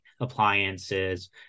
appliances